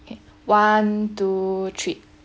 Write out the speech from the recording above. okay one two three